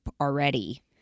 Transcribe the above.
already